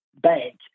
bank